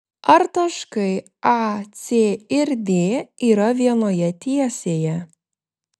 ar taškai a c ir d yra vienoje tiesėje